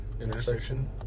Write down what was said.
intersection